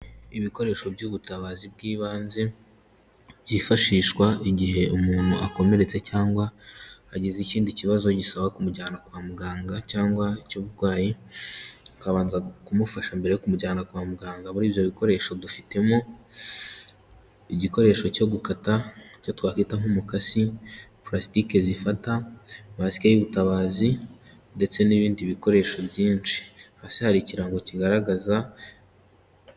Ibikoresho by'ubutabazi bw'ibanze byifashishwa igihe umuntu akomeretse cyangwa agize ikindi kibazo gisaba kumujyana kwa muganga cyangwa icy'uburwayi, ukabanza kumufasha mbere yo kumujyana kwa muganga. Muri ibyo bikoresho dufitemo; igikoresho cyo gukata, twakwita nk'umukasi, purasitike zifata, masike y'ubutabazi ndetse n'ibindi bikoresho byinshi. Hasi hari ikirango kigaragaza...